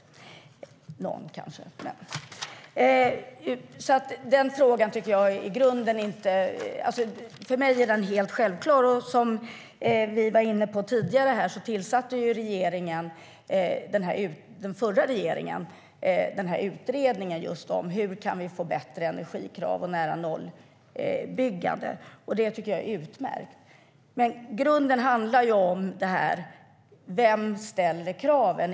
För mig är frågan i grunden självklar. Som vi var inne på tidigare tillsatte den förra regeringen utredningen om hur vi kan få bättre energikrav och nära-noll-byggande. Det tycker jag är utmärkt. Men i grunden handlar det om vem som ställer kraven.